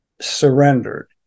surrendered